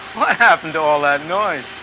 what happened to all that noise?